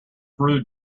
rude